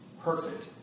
perfect